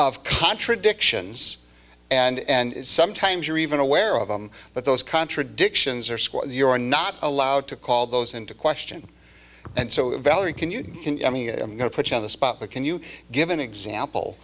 of contradictions and sometimes you're even aware of them but those contradictions are school you're not allowed to call those into question and so valerie can you tell me i'm going to put you on the spot but can you give an example